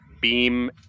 beam